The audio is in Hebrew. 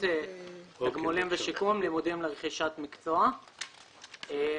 הנכים (תגמולים ושיקום)(לימודים לרכישת מקצוע)(תיקון),